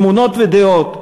אמונות ודעות,